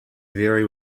vary